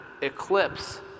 eclipse